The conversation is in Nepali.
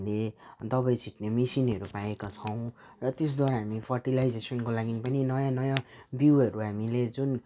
हामीले दबाई छिट्ने मसिनहरू पाएका छौँ र त्यसद्वारा हामी फर्टिलाइजेसनको लागि पनि नयाँ नयाँ बिउहरू हामीले जुन